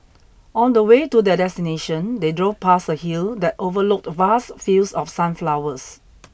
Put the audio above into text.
on the way to their destination they drove past a hill that overlooked vast fields of sunflowers